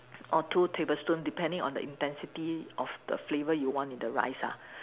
or two tablespoon depending on the intensity of the flavor you want in the rice ah